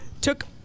took